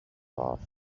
are